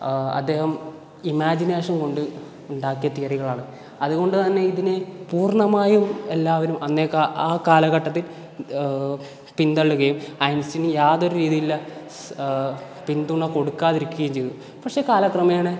അദ്ദേഹം ഇമാജിനേഷൻ കൊണ്ട് ഉണ്ടാക്കിയ തിയറികളാണ് അതുകൊണ്ട് തന്നെ ഇതിനെ പൂർണ്ണമായും എല്ലാവരും അന്നേ ആ കാലഘട്ടത്തിൽ പിന്തള്ളുകയും ഐൻസ്റ്റീന് യാതൊരു രീതിയിലുള്ള പിന്തുണ കൊടുക്കാതിരിക്കുകയും ചെയ്തു പക്ഷേ കാലക്രമേണേ